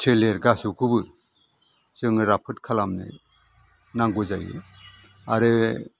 सोलेर गासैखौबो जोङो राफोद खालामनो नांगौ जायो आरो